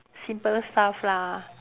simple stuff lah